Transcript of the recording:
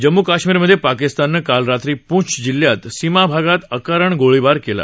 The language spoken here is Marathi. जम्म् कश्मीरमधे पाकिस्ताननं काल रात्री पृंछ जिल्ह्याच्या सीमा भागात अकारण गोळीबार केला